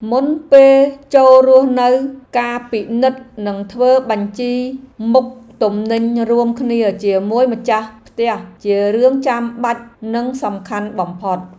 មុនពេលចូលរស់នៅការពិនិត្យនិងធ្វើបញ្ជីមុខទំនិញរួមគ្នាជាមួយម្ចាស់ផ្ទះជារឿងចាំបាច់និងសំខាន់បំផុត។